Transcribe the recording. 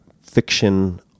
fiction